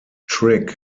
trick